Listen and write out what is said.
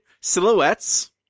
silhouettes